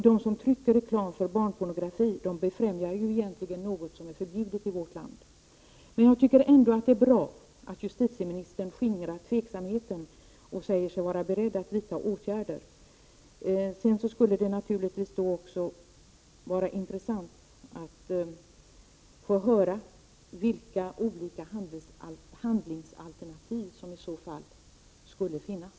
De som trycker barnpornografi främjar ju något som egentligen är förbjudet i vårt land. Jag tycker ändå att det är bra att justitieministern skingrar tvetydigheten och säger sig vara beredd att vidta åtgärder. Det skulle naturligtvis också vara intressant att höra vilka handlingsalternativ som i så fall föreligger.